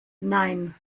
nein